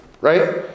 right